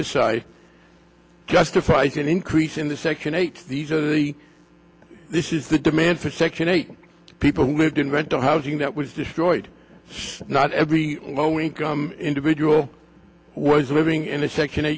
this side justifies an increase in the second eight these are the this is the demand for section eight people lived in rental housing that was destroyed not every low income individual was living in a second a